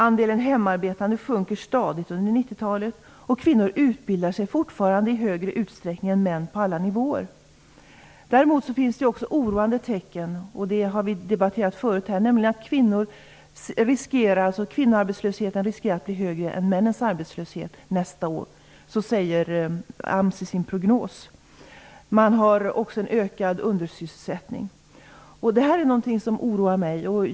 Andelen hemarbetande sjunker stadigt under 90-talet, och kvinnor utbildar sig fortfarande i större utsträckning än män på alla nivåer. Däremot finns det också oroande tecken, som vi har diskuterat här tidigare. AMS säger i sin prognos att kvinnoarbetslösheten riskerar att nästa år bli högre än männens arbetslöshet. Kvinnorna har också en ökad undersysselsättning. Detta är något som oroar mig.